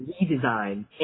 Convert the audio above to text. redesign